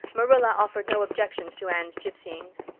marilla offered no objections to anne's gypsyings.